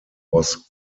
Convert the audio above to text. was